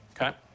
Okay